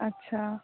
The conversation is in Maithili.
अच्छा